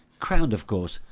crowned of course,